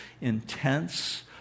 intense